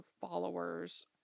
followers